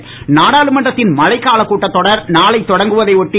கூட்டம் நாடாளுமன்றத்தின் மழைக்காலக் கூட்டத் தொடர் நாளை தொடங்குவதை ஒட்டி